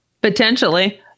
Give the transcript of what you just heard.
Potentially